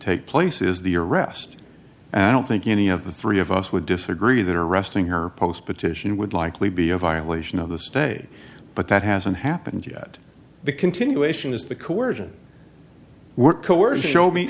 take place is the arrest i don't think any of the three of us would disagree that arresting her post petition would likely be a violation of the state but that hasn't happened yet the continuation is the